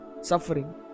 suffering